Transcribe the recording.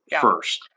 first